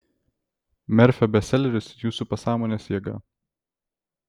merfio bestseleris jūsų pasąmonės jėga